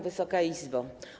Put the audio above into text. Wysoka Izbo!